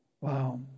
Wow